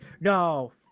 no